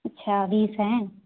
अच्छा बीस हैं